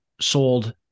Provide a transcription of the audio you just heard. sold